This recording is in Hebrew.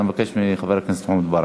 אני מזמין את חבר הכנסת מוחמד ברכה.